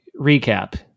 recap